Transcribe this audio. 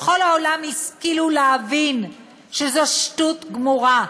בכל העולם השכילו להבין שזו שטות גמורה,